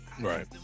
right